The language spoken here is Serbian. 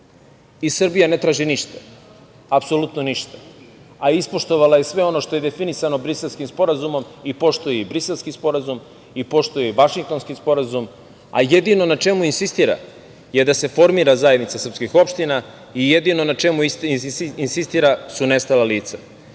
dijaloga. Srbija ne radi ništa, apsolutno ništa, a ispoštovala je sve ono što je definisano Briselskih sporazumom i poštuje i Briselski sporazum i poštuje i Vašingtonski sporazum. Jedino na čemu insistira je da se formira zajednica srpskih opština i jedino na čemu insistira su nestala lica.